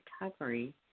recovery